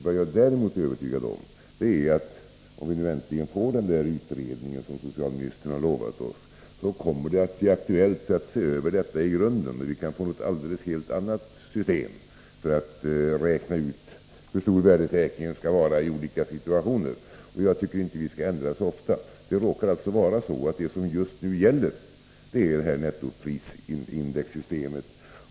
Jag är däremot övertygad om att om vi äntligen får den utredning som socialministern har lovat oss, blir det aktuellt att se över detta i grunden, så att vi kan få ett helt annat system för att räkna ut hur stor värdesäkringen skall vara i olika situationer. Jag tycker inte att vi skall ändra så ofta. Det råkar alltså vara så att det som just nu gäller är nettoprisindexsystemet.